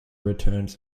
returns